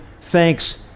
thanks